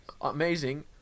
amazing